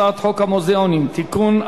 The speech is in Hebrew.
הצעת חוק המוזיאונים (תיקון,